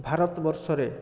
ଭାରତ ବର୍ଷରେ